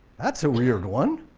that's a weird one.